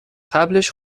قبلش